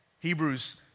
Hebrews